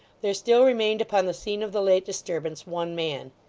there still remained upon the scene of the late disturbance, one man.